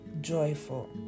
joyful